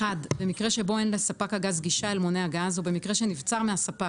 (1) במקרה שבו אין לספק הגז גישה אל מונה הגז או במקרה שנבצר מהספק,